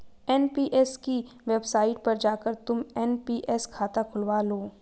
NPS की website पर जाकर तुम एन.पी.एस खाता खुलवा लो